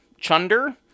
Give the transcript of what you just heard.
chunder